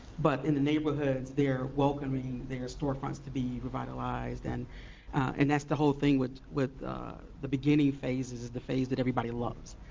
but in the neighborhoods they're welcoming their storefronts to be revitalized, and and that's the whole thing with with the beginning phases is the phase that everybody loves.